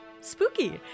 Spooky